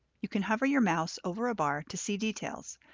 you can hover your mouse over a bar to see details,